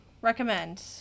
recommend